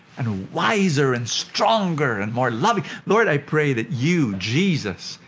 and wiser, and stronger, and more loving. lord, i pray. that you, jesus,